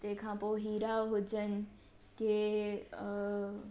तंहिंखां पोइ अहिड़ा हुजनि की अ